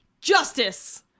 Justice